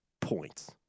points